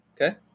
Okay